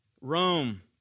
Rome